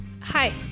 Hi